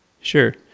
sure